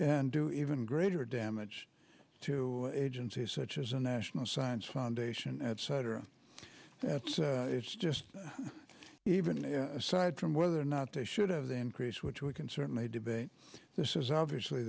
and do even greater damage to agencies such as a national science foundation etc that's it's just that even aside from whether or not they should have the increase which we can certainly debate this is obviously